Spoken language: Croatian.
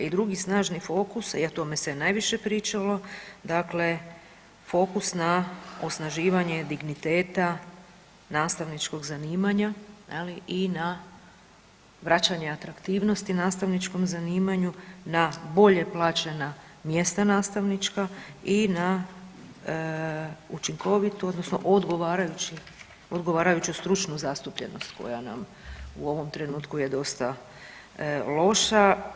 I drugi snažni fokus i o tome se najviše pričalo dakle fokus na osnaživanje digniteta nastavničkog zanimanja je li i na vraćanje atraktivnosti nastavničkom zanimanju na bolje plaćena mjesta nastavnička i na učinkovitu odnosno odgovarajući, odgovarajuću stručnu zastupljenost koja nam u ovom trenutku je dosta loša.